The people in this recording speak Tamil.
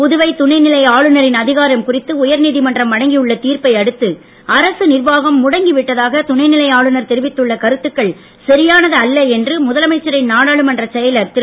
புதுவை துணைநிலை ஆளுநரின் அதிகாரம் குறித்து உயர் நீதிமன்றம் வழங்கியுள்ள தீர்ப்பை அடுத்து புதுவை அரசு நிர்வாகம் முடங்கி விட்டதாக துணைநிலை ஆளுநர் தெரிவித்துள்ள கருத்துக்கள் சரியானது அல்ல என்று முதலமைச்சரின் நாடாளுமன்றச் செயலர் திரு